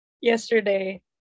yesterday